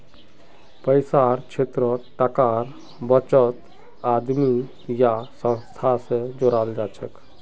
पैसार क्षेत्रत टाकार बचतक आदमी या संस्था स जोड़ाल जाछेक